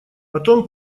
потом